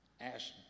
ash